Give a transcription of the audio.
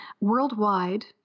Worldwide